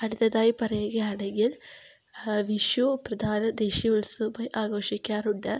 അടുത്തതായി പറയുകയാണെങ്കിൽ വിഷു പ്രധാന ദേശീയ ഉത്സവമായി ആഘോഷിക്കാറുണ്ട്